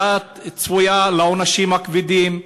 "את צפויה לעונשים כבדים".